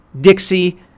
Dixie